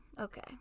okay